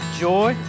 joy